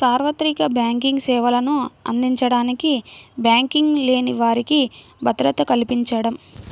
సార్వత్రిక బ్యాంకింగ్ సేవలను అందించడానికి బ్యాంకింగ్ లేని వారికి భద్రత కల్పించడం